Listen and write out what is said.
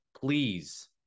please